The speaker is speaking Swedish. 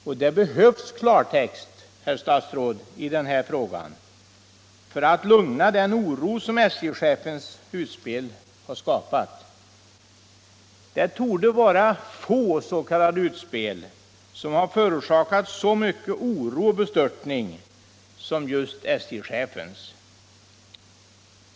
Och det behövs klartext, herr statsråd, i den här frågan för att lugna den oro som SJ-chefens utspel har skapat. Det torde vara få s.k. utspel som har förorsakat så mycket oro och bestörtning som just SJ-chefens.